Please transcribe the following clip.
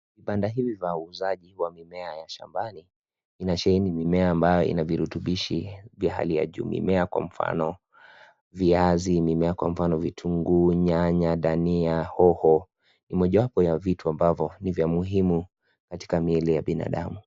Kibanda hiki cha uuzaji wa mimea ya shambani inasheheni mimea ambayo ina virutubishi vya hali ya juu. Mimea kwa mfano, viazi, vitunguu, nyanya, dania, hoho ni mojawapo ya vitu ambavyo ni vya muhimu katika miili ya binadamu.